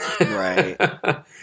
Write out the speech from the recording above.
Right